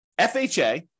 FHA